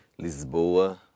Lisboa